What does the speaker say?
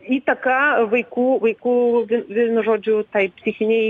įtaka vaikų vaikų vienu žodžiu tai psichinei